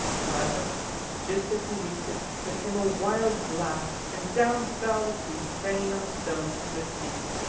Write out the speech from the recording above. however just as he reached it there came a wild blast, and down fell the key clanging on the stones at his feet.